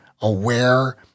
aware